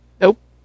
Nope